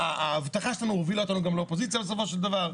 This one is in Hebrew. ההבטחה שלנו הובילה אותנו גם לאופוזיציה בסופו של דבר.